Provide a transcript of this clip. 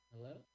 Hello